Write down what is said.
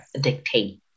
dictate